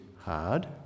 hard